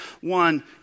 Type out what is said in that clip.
One